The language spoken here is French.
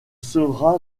sera